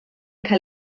cael